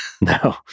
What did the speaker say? No